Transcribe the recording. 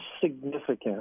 significant